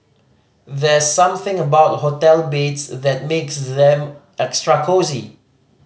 there's something about hotel beds that makes them extra cosy